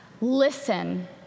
Listen